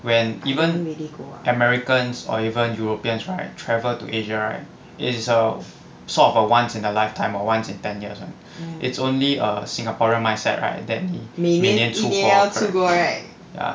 when even americans or even europeans right travel to asia right is of sort a once in a lifetime or once in ten years [one] it's only a singaporean mindset right that 每年出国 mm ya